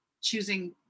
choosing